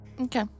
Okay